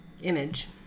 image